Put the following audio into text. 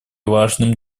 важным